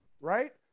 Right